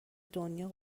دنیا